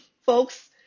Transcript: folks